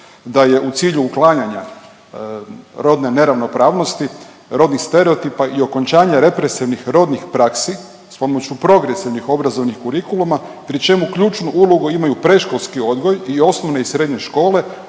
da je u cilju uklanjanja rodne neravnopravnosti, rodnih stereotipa i okončanja represivnih rodnih praksi s pomoću progresivnih obrazovnih kurikuluma pri čemu ključnu ulogu imaju predškolski odgoj i osnovne i srednje škole